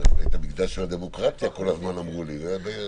זה בית